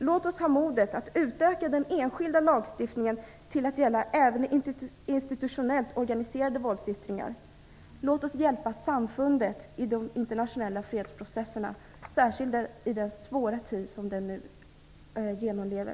Låt oss ha modet att utöka den enskilda lagstiftningen till att gälla även institutionellt organiserade våldsyttringar. Låt oss hjälpa samfundet i de internationella fredsprocesserna, särskilt i den svåra tid som det nu genomlever.